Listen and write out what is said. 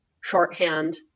shorthand